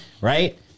Right